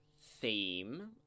theme